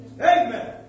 Amen